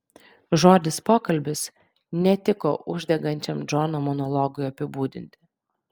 žodis pokalbis netiko uždegančiam džono monologui apibūdinti